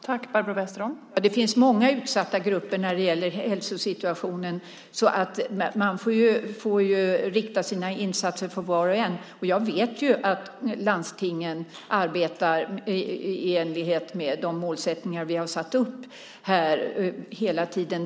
Fru talman! Det finns många utsatta grupper. När det gäller hälsosituationen får man rikta sina insatser till var och en. Jag vet ju att landstingen hela tiden arbetar i enlighet med de målsättningar vi har satt upp.